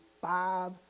five